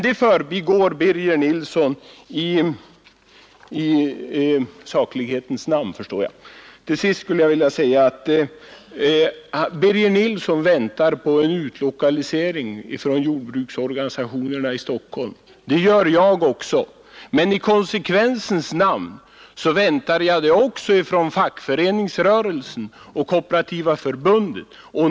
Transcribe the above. Det förbigår Birger Nilsson — i saklighetens namn, förstår jag. Birger Nilsson väntar på en utlokalisering av jordbruksorganisationerna från Stockholm. Det gör jag också, men i konsekvensens namn väntar jag på en utlokalisering också av fackföreningsrörelsen och Kooperativa förbundet.